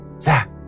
Zach